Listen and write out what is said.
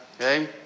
Okay